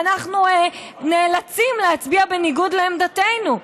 ואנחנו נאלצים להצביע בניגוד לעמדתנו.